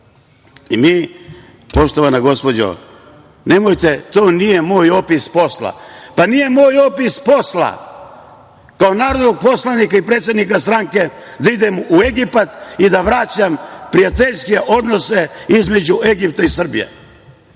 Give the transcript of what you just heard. itd. Poštovana gospođo, nemojte, to nije moj opis posla. Pa, nije moj opis posla kao narodnog poslanika i predsednika stranke da idem u Egipat i da vraćam prijateljske odnose između Egipta i Srbije.